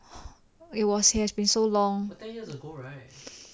it was has been so long